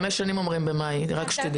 מירב, הם כבר חמש שנים אומרים במאי, רק שתדעי.